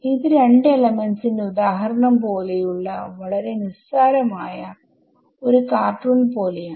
ഇത് 2 എലമെന്റ്സ് ന്റെ ഉദാഹരണം പോലെയുള്ള വളരെ നിസ്സരമായ ഒരു കാർട്ടൂൺ പോലെയാണ്